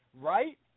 right